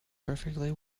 perfectly